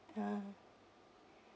ah